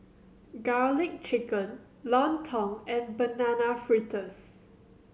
Garlic Chicken Lontong and Banana Fritters